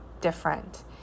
different